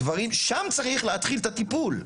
שם צריך להתחיל את הטיפול.